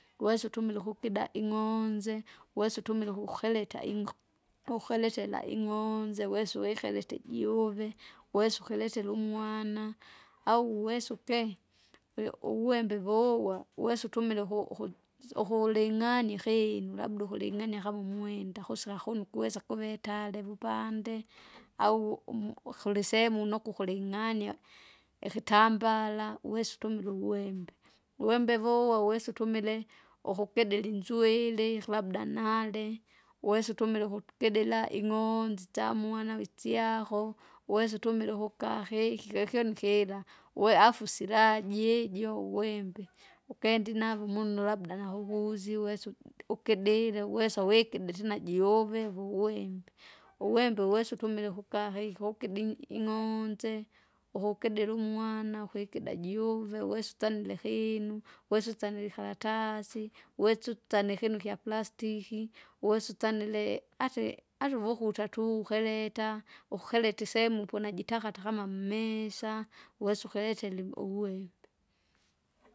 Kuwesa utumile ukukida ing'onze, kuwesa utumila ukukereta ukukeretera ing'onze wesa uvikirete juve, wesa ukeretere umwana, au uwesa uke ie- uwembe vouwa wesa utumile uhu- uluj- ukuling'anywa ahinu labda uhuling'anywa kama umwenda kuseka kuno ukuwesa kuvetare vupande, au umu- uhulisemu nuku kuling'anywa, ifitambala, wesa utumile uwembe. Wembe vouwa uwesa utumile, ukukedera inzuiri labda nale, wesa utumila ukuti- kidira ing'oonzi itsamwana vitsyako, wesa utumile ukukahehi kikinu kira we- afu silajijo uwembe, ukendi navo munu labda nahuvuzi wesa ud- ukidire uwesa uwikide tena jiuve vuwembe. Uwembe wesa utumile kukaheko ukudi ing'onze ukukidira umwana, ukikida juve wesa utsanile hinu, wesa usanile ikaratasi, wesa utsane ikinu ikyaplastiki, wesa utsanile ate- atauvukuta tukeleta, ukukereta isehemu ponajitaka atakama mumisa, wesa ukereteri uwembe.